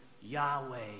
Yahweh